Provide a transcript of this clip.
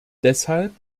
deshalb